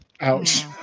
Ouch